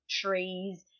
trees